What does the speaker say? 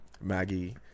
Maggie